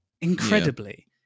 incredibly